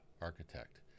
architect